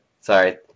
sorry